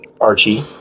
Archie